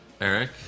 Eric